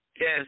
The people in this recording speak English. Yes